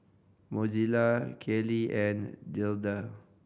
Mozella Kylie and Gerda